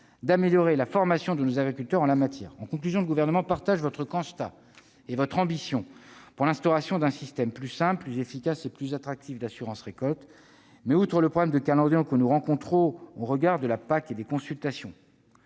d'améliorer la formation de nos agriculteurs en la matière. Le Gouvernement partage donc votre constat et votre ambition : l'instauration d'un système plus simple, plus efficace et plus attractif d'assurance récolte, mais, outre le problème de calendrier que nous rencontrons, au regard de la PAC et des consultations